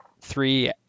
three